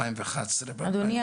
2011 --- אדוני,